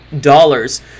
dollars